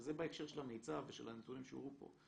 זה בהקשר של המיצ"ב ושל הנתונים שהוראו פה.